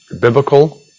biblical